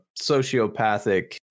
sociopathic